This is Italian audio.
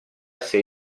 sei